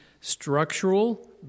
structural